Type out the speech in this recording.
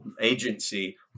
agency